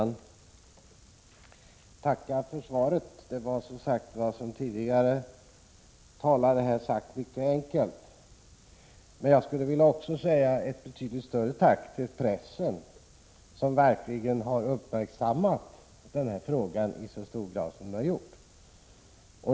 Fru talman! Jag ber att få tacka för svaret. Det var, som tidigare talare har sagt, mycket enkelt. Men jag skulle också vilja rikta ett betydligt större tack till pressen för att verkligen i hög grad ha uppmärksammat den här frågan.